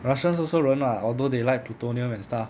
russians also 人 [what] although they like plutonium and stuff